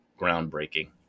groundbreaking